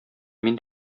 мин